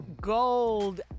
gold